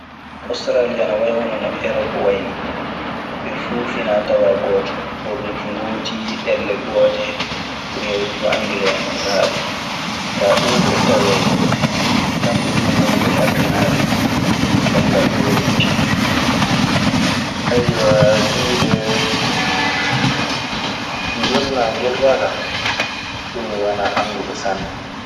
Ostarali ana wayi hono no erop wayi nii. Ɓe fuu finaa tawaa gooto, hoɗunki gooti, ɗelle goote. Ko ɓuri heewde fuu, angele en woni ko haaletee. Kaa ɗun fuu e taweede. Kamɓe duu won ko hertanaaɓe banngal ɓoornuki. Aywa wiide, ngel, na ngelga ka, ɗum mi wana annduɗo sanne.